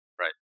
Right